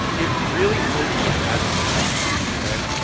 it really helps with ad fatigue okay.